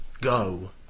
go